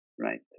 right